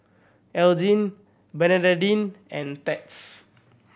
Elgin Bernadine and Theda